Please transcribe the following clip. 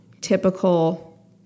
typical